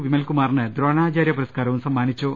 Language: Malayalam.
വിമൽകുമാറിന് ദ്രോണാചാര്യ പുര സ്കാരവും സമ്മാനിച്ചു